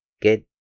get